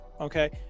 Okay